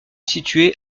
située